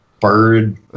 bird